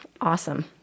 awesome